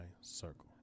circle